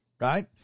right